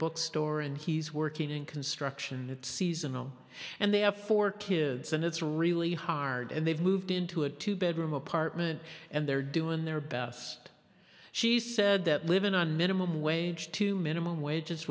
bookstore and he's working in construction that seasonal and they have four kids and it's really hard and they've moved into a two bedroom apartment and they're doing their best she said that living on minimum wage to minimum wage